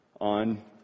on